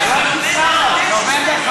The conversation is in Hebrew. זהבה, לא,